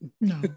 No